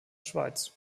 schweiz